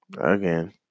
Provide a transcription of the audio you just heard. Again